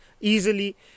easily